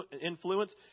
influence